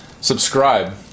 subscribe